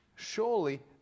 Surely